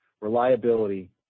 reliability